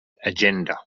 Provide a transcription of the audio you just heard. agenda